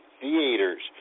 theaters